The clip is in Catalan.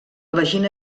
vagina